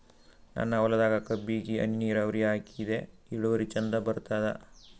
ನನ್ನ ಹೊಲದಾಗ ಕಬ್ಬಿಗಿ ಹನಿ ನಿರಾವರಿಹಾಕಿದೆ ಇಳುವರಿ ಚಂದ ಬರತ್ತಾದ?